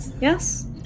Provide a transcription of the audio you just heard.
Yes